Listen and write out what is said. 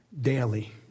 daily